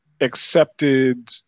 accepted –